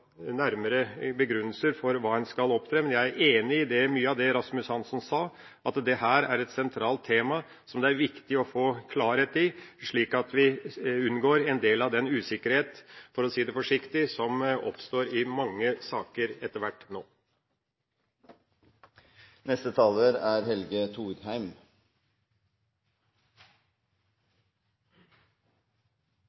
nærmere begrunnelser på hva en skal oppnå. Men jeg er enig i mye av det representanten Rasmus Hansson sa om dette, det er et sentralt tema som det er viktig å få klarhet i, slik at vi unngår en del av den usikkerhet – for å si det forsiktig – som nå etter hvert oppstår i mange saker.